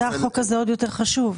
כן החוק הזה עוד יותר חשוב.